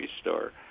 store